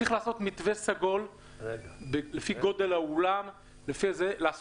צריך לעשות מתווה סגול לפי גודל האולם לחתונות.